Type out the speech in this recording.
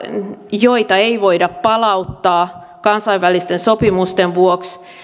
joita ei voida palauttaa kansainvälisten sopimusten vuoksi